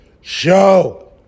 show